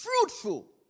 fruitful